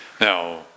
Now